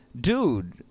dude